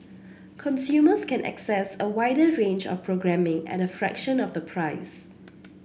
consumers can access a wider range of programming at a fraction of the price